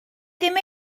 ddim